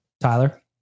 Tyler